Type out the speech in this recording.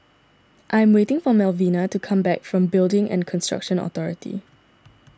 I am waiting for Malvina to come back from Building and Construction Authority